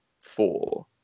four